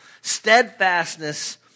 Steadfastness